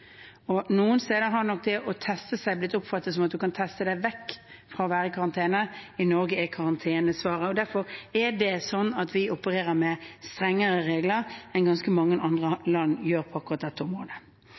Noen steder har nok det å teste seg blitt oppfattet som at man kan teste seg vekk fra å være i karantene. I Norge er karantene svaret. Derfor er det sånn at vi opererer med strengere regler enn ganske mange